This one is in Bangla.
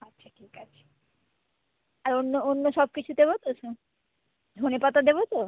আচ্ছা ঠিক আছে আর অন্য অন্য সব কিছু দেবো তো হ্যাঁ ধনেপাতা দেবো তো